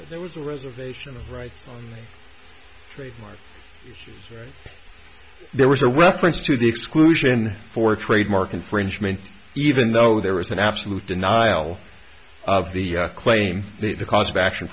there was a reservation of rights trademark there was a reference to the exclusion for trademark infringement even though there was an absolute denial of the claim that the cause of action